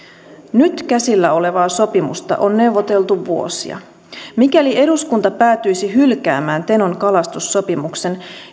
nyt käsillä olevaa sopimusta on neuvoteltu vuosia mikäli eduskunta päätyisi hylkäämään tenon kalastussopimuksen